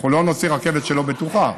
אנחנו לא נוציא רכבת לא בטוחה,